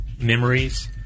memories